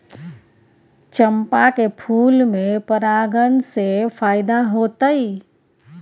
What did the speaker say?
चंपा के फूल में परागण से फायदा होतय?